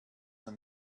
than